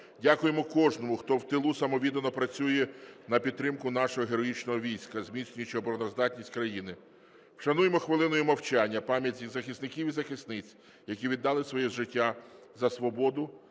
Дякуємо кожному, хто в тилу самовіддано працює на підтримку нашого героїчного війська, зміцнюючи обороноздатність країни. Вшануймо хвилиною мовчання пам'ять захисників і захисниць, які віддали своє життя за свободу,